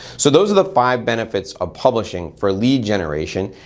so those are the five benefits of publishing for lead generation.